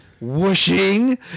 Whooshing